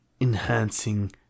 enhancing